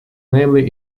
namely